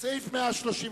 סיעת מרצ,